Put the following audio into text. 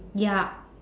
ya